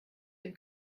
dem